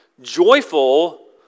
joyful